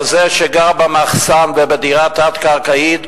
אבל זה שגר במחסן או בדירה תת-קרקעית,